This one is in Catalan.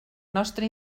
nostra